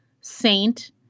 Saint